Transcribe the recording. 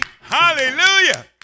Hallelujah